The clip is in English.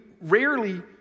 rarely